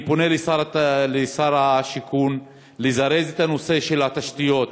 אני פונה לשר השיכון, לזרז את הנושא של התשתיות